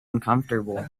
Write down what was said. uncomfortable